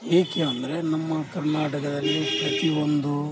ಏಕೆ ಅಂದರೆ ನಮ್ಮ ಕರ್ನಾಟಕದಲ್ಲಿ ಪ್ರತಿಯೊಂದು